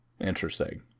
Interesting